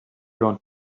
around